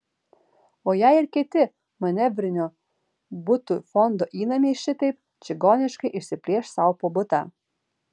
o jei ir kiti manevrinio butų fondo įnamiai šitaip čigoniškai išsiplėš sau po butą